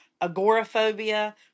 agoraphobia